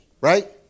Right